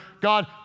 God